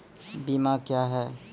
बीमा क्या हैं?